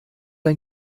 ein